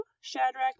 Shadrach